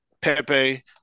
Pepe